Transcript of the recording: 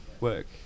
work